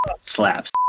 slaps